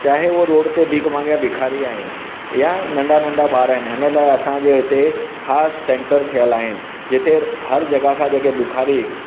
चाहे वो रोड ते भीख मांगियां भिखारी आहिनि या नंढा नंढा ॿार आहिनि हिन लाइ असांजे हुते ख़ासि सेंटर थियल आहिनि जिते हर जॻह खां जेके भिखारी